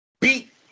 beat